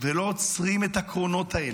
ולא עוצרים את הקרונות האלה,